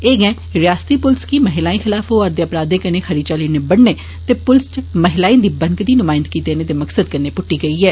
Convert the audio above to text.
एह गैंह रियासती पुलस गी महिलाएं खिलाफ होआ र दे अपराधें कन्ने खरी चाली निबडने ते पुलस इच महिलाएं गी बनकदी नुमायन्दगी देने दे मकसद कन्ने पुष्टी गेई ऐ